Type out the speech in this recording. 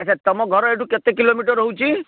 ଆଚ୍ଛା ତମ ଘର ଏଇଠୁ କେତେ କିଲୋମିଟର ହେଉଛି